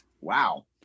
Wow